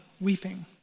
weeping